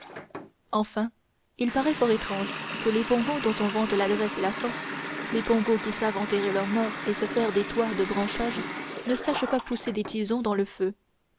enfin il paraît fort étrange que les pongos dont on vante l'adresse et la force les pongos qui savent enterrer leurs morts et se faire des toits de branchages ne sachent pas pousser des tisons dans le feu